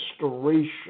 restoration